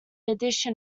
addition